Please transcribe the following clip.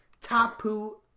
Tapu